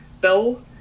bill